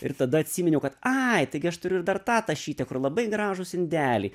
ir tada atsiminiau kad ai taigi aš turiu ir dar tą tašytę kur labai gražūs indeliai